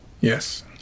Yes